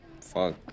fuck